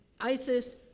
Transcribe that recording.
ISIS